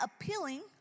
appealing